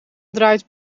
draait